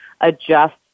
adjust